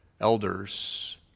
elders